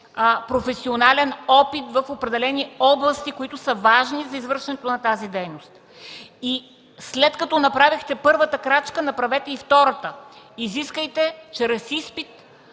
професионален опит в определени области, които са важни за извършването на тази дейност. След като направихте първата крачка, направете и втората – изискайте чрез изпит